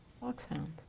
foxhounds